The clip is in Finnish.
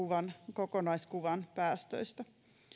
kokonaiskuvan päästöistä